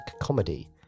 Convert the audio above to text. comedy